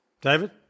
David